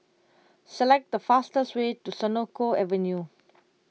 select the fastest way to Senoko Avenue